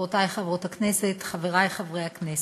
חברותי חברות הכנסת, חברי חברי הכנסת,